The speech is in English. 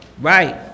Right